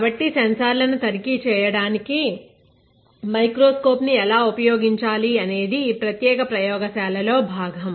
కాబట్టి సెన్సార్లను తనిఖీ చేయడానికి మైక్రోస్కోప్ ను ఎలా ఉపయోగించాలి అనేది ఈ ప్రత్యేక ప్రయోగశాలలో భాగం